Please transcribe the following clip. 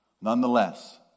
Nonetheless